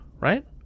right